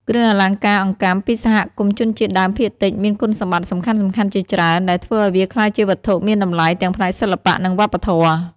គ្រឿងអលង្ការអង្កាំពីសហគមន៍ជនជាតិដើមភាគតិចមានគុណសម្បត្តិសំខាន់ៗជាច្រើន ដែលធ្វើឱ្យវាក្លាយជាវត្ថុមានតម្លៃទាំងផ្នែកសិល្បៈ និងវប្បធម៌។